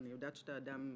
אני יודעת שאתה אדם ישר,